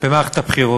במערכת הבחירות.